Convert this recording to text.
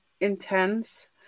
intense